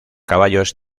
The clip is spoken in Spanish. caballos